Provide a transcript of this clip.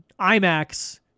IMAX